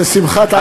זו שמחת עניים.